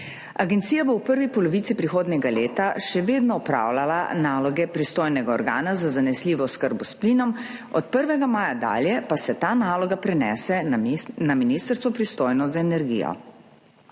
Agencija bo v prvi polovici prihodnjega leta še vedno opravljala naloge pristojnega organa za zanesljivo oskrbo s plinom, od 1. maja dalje pa se ta naloga prenese na ministrstvo, pristojno za energijo.